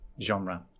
genre